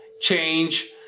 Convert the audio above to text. change